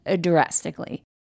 drastically